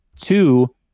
Two